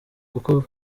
kuko